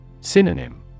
Synonym